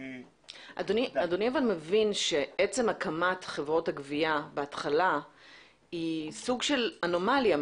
אדוני מבין שעצם הקמת חברות גבייה היא סוג של אנומליה.